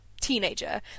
teenager